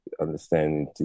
understanding